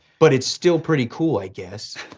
but it's still pretty cool i guess.